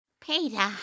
Peter